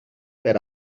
per